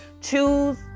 Choose